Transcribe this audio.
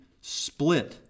split